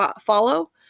follow